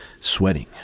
sweating